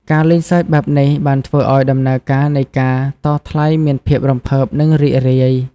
ការលេងសើចបែបនេះ បានធ្វើឲ្យដំណើរការនៃការតថ្លៃមានភាពរំភើប និងរីករាយ។